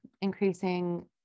increasing